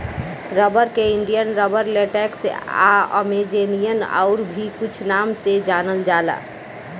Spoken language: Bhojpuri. रबर के इंडियन रबर, लेटेक्स आ अमेजोनियन आउर भी कुछ नाम से जानल जाला